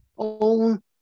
own